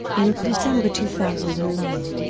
in december two thousand and nine,